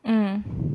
mmhmm